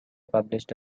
published